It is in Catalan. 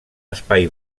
espai